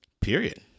Period